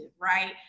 right